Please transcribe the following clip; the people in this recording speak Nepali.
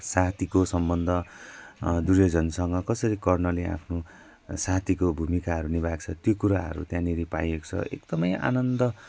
साथीको सम्बन्ध दुर्योधनसँग कसरी कर्णले आफ्नो साथीको भूमिकाहरू निभाएको छ त्यो कुराहरू त्यहाँनिर पाइएको छ एकदमै आनन्द